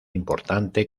importante